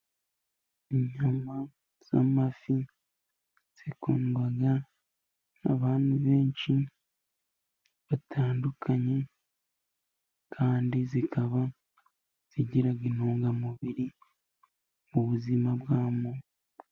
Inyama z'amafi zikundwa n'abantu benshi batandukanye, kandi zikaba zigira intungamubiri mu buzima bwa muntu.